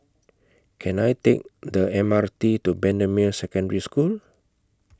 Can I Take The M R T to Bendemeer Secondary School